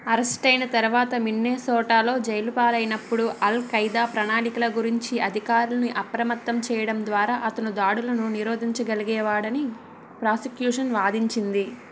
arrest అయిన తర్వాత మిన్నెసోటాలో జైలు పాలైనప్పుడు ఆల్ఖైదా ప్రణాళికల గురించి అధికారులను అప్రమత్తం చేయడం ద్వారా అతను దాడులను నిరోధించగలిగేవాడని ప్రాసిక్యూషన్ వాదించింది